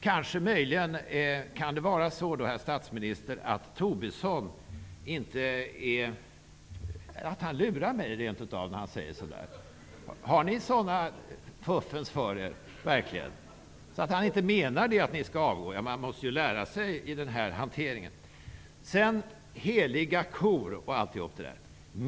Kan det möjligen vara så, herr statsminister, att Lars Tobisson rent utav lurar mig när han säger så där? Har ni verkligen sådant fuffens för er, att han inte menar att ni skall avgå? Man måste ju lära sig i den här hanteringen.